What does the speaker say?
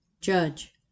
judge